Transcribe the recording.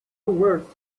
words